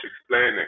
explaining